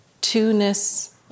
two-ness